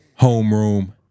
Homeroom